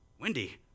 Wendy